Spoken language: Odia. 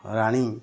ରାଣୀ